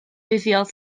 fuddiol